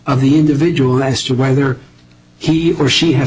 of the individual as to whether he or she has